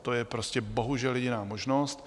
To je prostě bohužel jediná možnost.